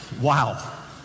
Wow